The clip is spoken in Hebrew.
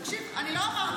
תקשיב, אני לא אמרתי.